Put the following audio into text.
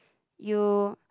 you